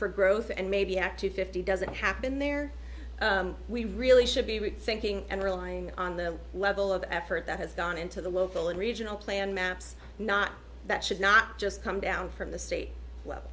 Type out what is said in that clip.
for growth and maybe active fifty doesn't happen there we really should be rethinking and relying on the level of effort that has gone into the local and regional plan maps not that should not just come down from the state level